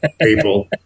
People